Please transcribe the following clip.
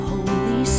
Holy